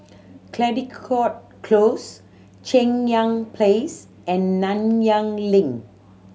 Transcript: Caldecott Close Cheng Yan Place and Nanyang Link